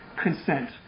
consent